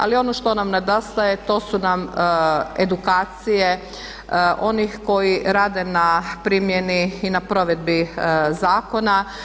Ali ono što nam nedostaje to su nam edukacije onih koji rade na primjeni i na provedbi zakona.